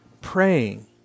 praying